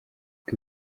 uko